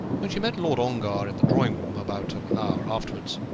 when she met lord ongar in the drawing-room, about an hour afterwards,